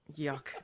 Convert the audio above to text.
Yuck